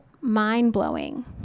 mind-blowing